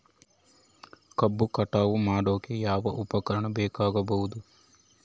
ಕಬ್ಬು ಕಟಾವು ಮಾಡೋಕೆ ಯಾವ ಉಪಕರಣ ಬೇಕಾಗಬಹುದು?